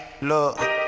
look